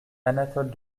anatole